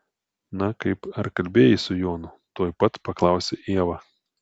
na kaip ar kalbėjai su jonu tuoj pat paklausė ieva